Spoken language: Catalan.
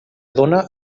dóna